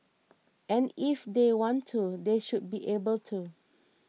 and if they want to they should be able to